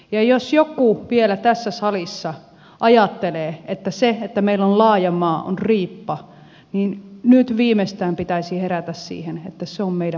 ja jos joku vielä tässä salissa ajattelee että se että meillä on laaja maa on riippa niin nyt viimeistään pitäisi herätä siihen että se on meidän voimavaramme